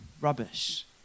rubbish